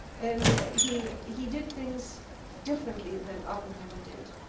and he he did things differently than oppenheimer did.